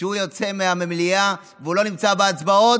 וכשהוא יוצא מהמליאה והוא לא נמצא בהצבעות,